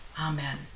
Amen